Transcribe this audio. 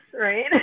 right